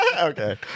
Okay